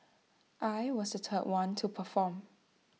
I was the third one to perform